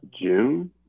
June